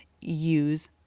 use